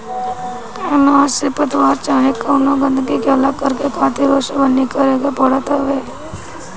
अनाज से पतवार चाहे कवनो गंदगी के अलग करके खातिर ओसवनी करे के पड़त हवे